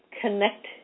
connect